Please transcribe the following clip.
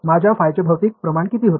माझ्या फायचे भौतिक प्रमाण किती होते